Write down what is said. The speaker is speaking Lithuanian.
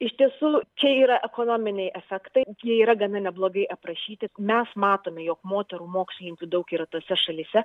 iš tiesų čia yra ekonominiai efektai jie yra gana neblogai aprašyti mes matome jog moterų mokslininkių daug yra tose šalyse